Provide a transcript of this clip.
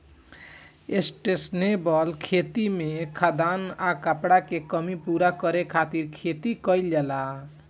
sustainable खेती में खाद्यान आ कपड़ा के कमी पूरा करे खातिर खेती कईल जाला